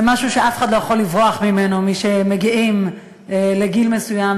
זה משהו שאף אחד לא יכול לברוח ממנו כשמגיעים לגיל מסוים,